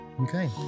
Okay